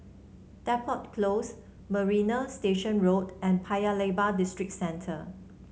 Depot Close Marina Station Road and Paya Lebar Districentre